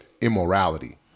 immorality